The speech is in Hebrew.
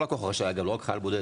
כל לקוח לא רק חייל בודד,